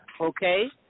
Okay